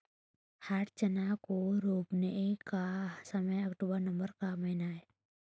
हरा चना को रोपने का समय अक्टूबर नवंबर का महीना है